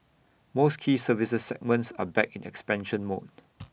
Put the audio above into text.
most key services segments are back in expansion mode